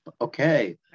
okay